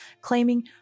claiming